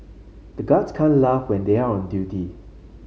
the guards can't laugh when they are on duty